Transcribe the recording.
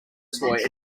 toy